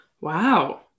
Wow